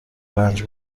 رنج